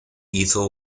ethel